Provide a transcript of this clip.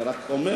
אני רק אומר.